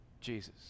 Jesus